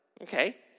okay